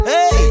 Hey